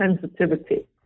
sensitivity